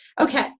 Okay